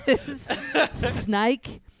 Snake